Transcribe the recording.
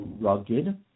rugged